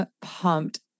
pumped